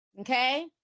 okay